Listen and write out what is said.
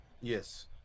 Yes